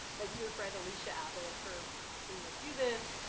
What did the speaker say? my dear friend alysia abbott for asking me to do this.